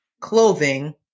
clothing